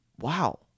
wow